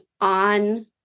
on